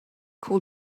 cool